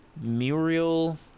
Muriel